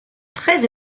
treize